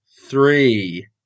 three